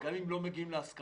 וגם אם לא מגיעים להסכמות,